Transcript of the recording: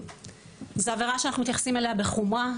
זאת עבירה שאנחנו מתייחסים אליה בחומרה.